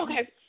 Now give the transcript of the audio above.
Okay